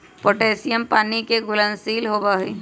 potassium पानी के घुलनशील होबा हई